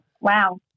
wow